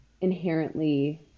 inherently